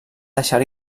deixar